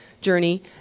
journey